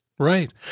Right